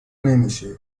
نمیشه